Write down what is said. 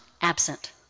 absent